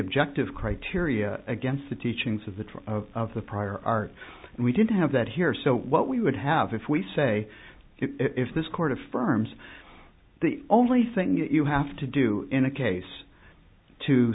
objective criteria against the teachings of the tree of the prior art and we didn't have that here so what we would have if we say if this court affirms the only thing you have to do in a case to